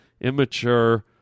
immature